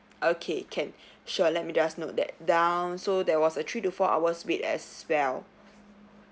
okay can sure let me just note that down so there was a three to four hours wait as well